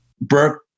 burke